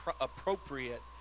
appropriate